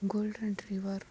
golden retriever